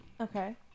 Okay